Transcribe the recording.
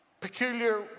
peculiar